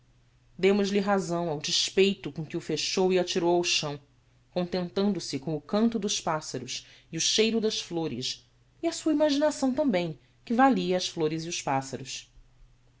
forense demos-lhe razão ao despeito com que o fechou e atirou ao chão contentando se com o canto dos passaros e o cheiro das flores e a sua imaginação tambem que valia as flores e os passaros